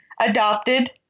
adopted